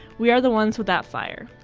we are the ones with that fire.